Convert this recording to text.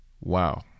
Wow